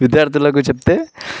విద్యార్థులకు చెబితే